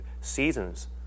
seasons